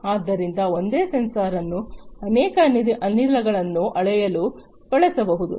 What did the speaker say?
ಆದ್ದರಿಂದ ಒಂದೇ ಸೆನ್ಸರ್ ಅನ್ನು ಅನೇಕ ಅನಿಲಗಳನ್ನು ಅಳೆಯಲು ಬಳಸಬಹುದು